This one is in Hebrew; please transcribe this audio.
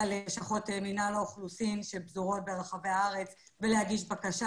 ללשכות מינהל האוכלוסין שפזורות ברחבי הארץ ולהגיש בקשה.